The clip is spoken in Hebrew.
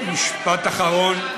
משפט אחרון,